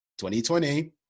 2020